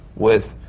with